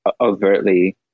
overtly